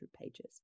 pages